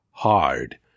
hard